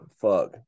fuck